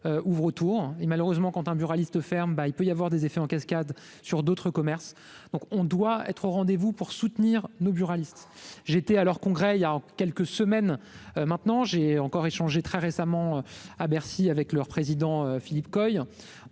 ouvrent autour et malheureusement quand un buraliste ferme ben il peut y avoir des effets en cascade sur d'autres commerces, donc on doit être au rendez-vous pour soutenir nos buralistes, j'étais à leur congrès, il y a quelques semaines maintenant, j'ai encore échanger très récemment à Bercy avec leur président, Philippe Cohen,